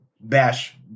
bash